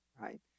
right